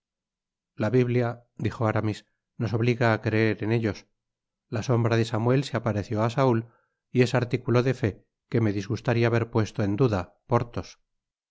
la biblia dijo aramis nos obliga á creer en ellos la sombra de sa muel se apareció á saul y es artículo de fé que me disgustarla ver puesto en duda porthos